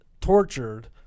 tortured